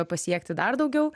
pasiekti dar daugiau